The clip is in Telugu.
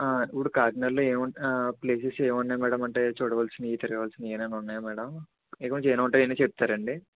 ఇప్పుడు కాకినాడలో ఏమున్నాయి ప్లేసెస్ ఏమున్నాయి మ్యాడం అంటే చూడవలసినవి తిరగవలసినవి ఏమన్నా ఉన్నాయా మ్యాడం దీని గురించి ఏమన్నా ఉంటే అవి చెప్తారండి